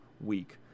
week